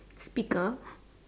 speaker